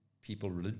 people